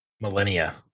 millennia